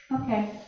okay